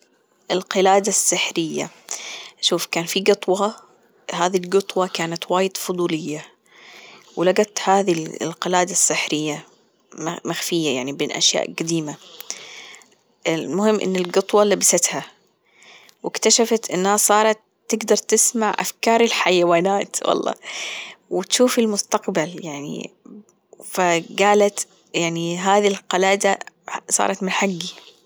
القلادة السحرية شوف كان في قطوة هذي القطوة كانت وايد فضولية ولجت هذي القلادة السحرية مخفية يعني بين أشياء جديمة المهم إن القطوة لبستها وإكتشفت إنها صارت تجدر تسمع أفكار الحيوانات والله وتشوف المستقبل يعني فجالت يعني هذي القلادة صارت من حجي.